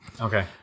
okay